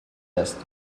est